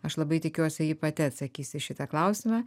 aš labai tikiuosi ji pati atsakys į šitą klausimą